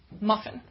MUFFIN